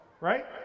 Right